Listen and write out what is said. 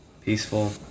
peaceful